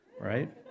right